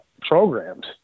programs